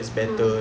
mm